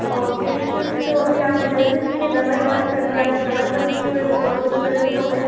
operation तो अभी आपने दस दिन के लिए दवाई बंद कर दिया आपको दवाई बंद किए हुए टोटल दस दिन हो गए